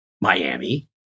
Miami